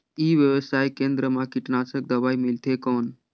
ई व्यवसाय केंद्र मा कीटनाशक दवाई मिलथे कौन?